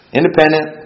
independent